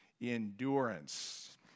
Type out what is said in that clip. endurance